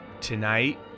Tonight